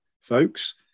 folks